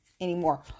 anymore